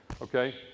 okay